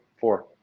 Four